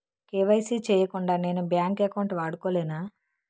KYC చేయకుండా నేను bank account వాడుకొలేన?